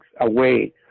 away